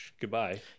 goodbye